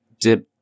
dip